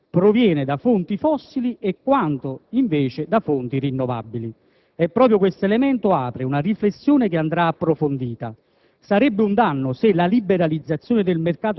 quanto dell'offerta di ciascuna azienda proviene da fonti fossili e quanto invece da fonti rinnovabili. Proprio questo elemento apre una riflessione che andrà approfondita: